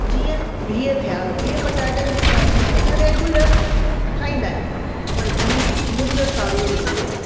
जीअं बीहु थिया बीहु पटाटनि जी भाॼी असां रेगुलर खाईंदा आहियूं पर बिहु मुंदिसारु ईंदो आहे